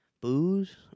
Booze